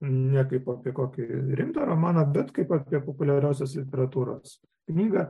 ne kaip apie kokį rimtą romaną bet kaip apie populiariosios literatūros knygą